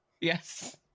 yes